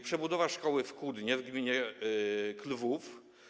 Przebudowa szkoły w Kłudnie w gminie Klwów.